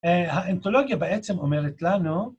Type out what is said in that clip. האנתולוגיה בעצם אומרת לנו...